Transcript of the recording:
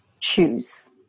choose